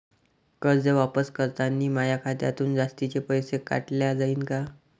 कर्ज वापस करतांनी माया खात्यातून जास्तीचे पैसे काटल्या जाईन का?